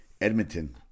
Edmonton